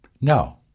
no